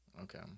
Okay